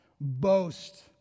boast